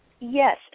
Yes